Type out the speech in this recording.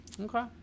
Okay